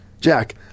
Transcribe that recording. jack